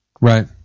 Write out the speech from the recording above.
Right